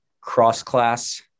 cross-class